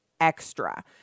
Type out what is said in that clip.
extra